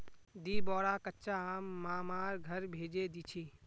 दी बोरा कच्चा आम मामार घर भेजे दीछि